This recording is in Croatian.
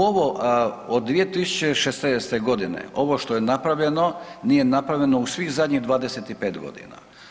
Od 2016. godine ovo što je napravljeno nije napravljeno u svih zadnjih 25 godina.